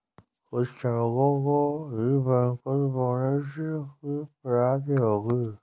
कुछ श्रमिकों को ही बैंकर्स बोनस की प्राप्ति होगी